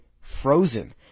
frozen